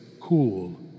cool